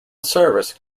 service